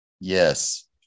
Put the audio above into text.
Yes